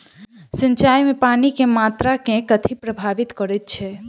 सिंचाई मे पानि केँ मात्रा केँ कथी प्रभावित करैत छै?